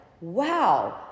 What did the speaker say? wow